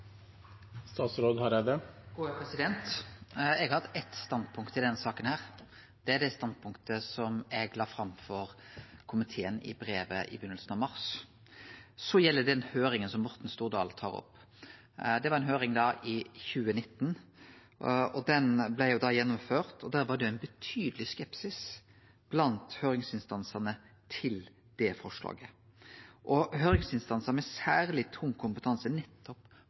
det standpunktet som eg la fram for komiteen i brevet i byrjinga av mars. Så gjeld det den høyringa som Morten Stordalen tar opp. Det var ei høyring som blei gjennomført i 2019. Da var det ein betydeleg skepsis blant høyringsinstansane til forslaget. Høyringsinstansar med særleg tung kompetanse nettopp